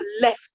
left